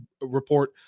report